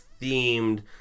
themed